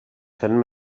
ten